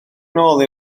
nôl